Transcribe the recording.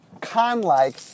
con-like